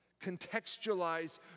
Contextualize